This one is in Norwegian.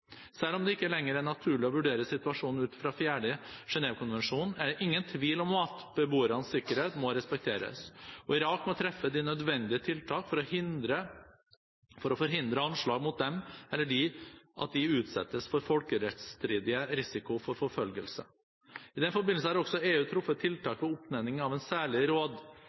Selv om det ikke lenger er naturlig å vurdere situasjonen ut fra 4. Genèvekonvensjon, er det ingen tvil om at beboernes sikkerhet må respekteres, og Irak må treffe de nødvendige tiltak for å forhindre anslag mot dem eller at de utsettes for folkerettsstridig risiko for forfølgelse. I den forbindelse har også EU truffet tiltak for oppnevning av en særlig